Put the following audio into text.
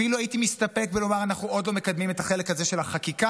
אפילו הייתי מסתפק בלומר: אנחנו עוד לא מקדמים את החלק הזה של החקיקה,